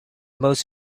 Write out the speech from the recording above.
most